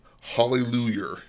Hallelujah